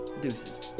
deuces